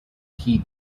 key